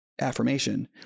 affirmation